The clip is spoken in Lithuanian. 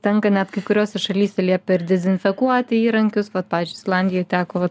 tenka net kai kuriose šalyse liepė ir dezinfekuoti įrankius vat pavyzdžiui islandijoj teko vat